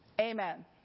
amen